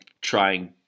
trying